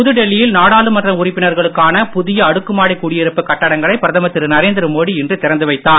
புதுடெல்லியில் நாடாளுமன்ற உறுப்பினர்களுக்கான புதிய அடுக்குமாடி குடியிருப்பு கட்டிடங்களை பிரதமர் திரு நரேந்திர மோடி இன்று திறந்து வைத்தார்